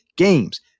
games